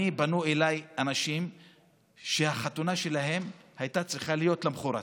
פנו אליי אנשים שהחתונה שלהם הייתה צריכה להיות למוחרת,